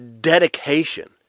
Dedication